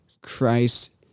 Christ